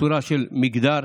לפי מגדר,